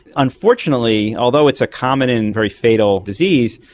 unfortunately, although it's a common and very fatal disease,